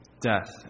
death